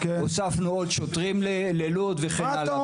הוספנו עוד שוטרים ללוד וכן הלאה.